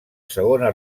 segona